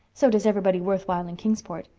so does everybody worthwhile in kingsport.